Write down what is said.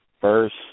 first